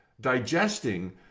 digesting